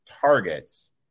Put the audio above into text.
targets